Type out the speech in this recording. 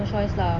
no choice lah